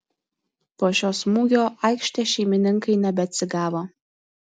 po šio smūgio aikštės šeimininkai nebeatsigavo